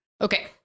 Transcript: Okay